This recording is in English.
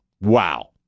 Wow